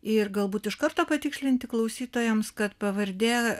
ir galbūt iš karto patikslinti klausytojams kad pavardė